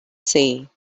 say